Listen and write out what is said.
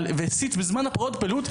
בזמן הפרעות בלוד,